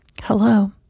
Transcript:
Hello